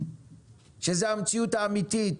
שזו המציאות האמתית.